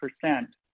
percent